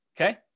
okay